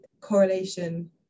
correlation